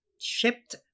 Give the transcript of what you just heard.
shipped